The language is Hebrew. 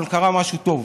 אבל קרה משהו טוב: